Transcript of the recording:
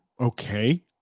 okay